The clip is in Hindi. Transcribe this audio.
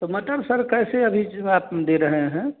तो मटर सर कैसे अभी जो आप दे रहें हैं